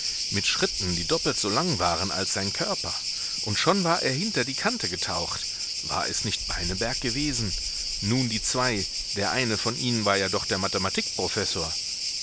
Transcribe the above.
mit schritten die doppelt so lang waren als sein körper und schon war er hinter die kante getaucht war es nicht beineberg gewesen nun die zwei der eine von ihnen war ja doch der